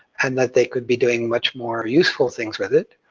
and that they could be doing much more useful things with it.